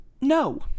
No